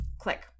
Click